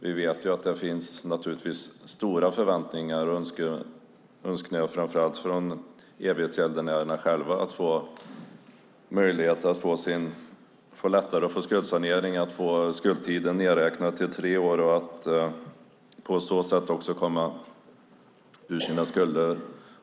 Vi vet att det, naturligtvis, finns stora förväntningar och önskningar framför allt från evighetsgäldenärerna själva när det gäller möjligheterna att lättare få en skuldsanering och att få skuldtiden nedräknad till tre år för att på så sätt smidigare komma ur sina skulder.